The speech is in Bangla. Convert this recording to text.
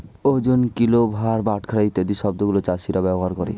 ওজন, কিলো, ভার, বাটখারা ইত্যাদি শব্দ গুলো চাষীরা ব্যবহার করে